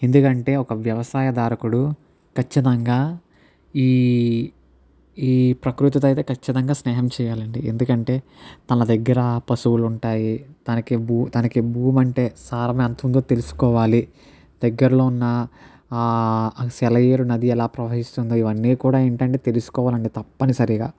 ఎందుకంటే ఒక వ్యవసాయ దారకుడు ఖచ్చితంగా ఈ ఈ ప్రకృతితో అయితే ఖచ్చితంగా స్నేహం చెయ్యాలి అండి ఎందుకంటే తన దగ్గర పశువులు ఉంటాయి తనకి భూ తనకి భూమీ అంటే సారం ఎంత ఉందో తెలుసుకోవాలి దగ్గరలో ఉన్న సెలయేరు నది ఎలా ప్రవహిస్తుందో ఇవన్నీ కూడా ఏంటంటే తెలుసుకోవాలి అండి తప్పనిసరిగా